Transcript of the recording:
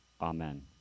Amen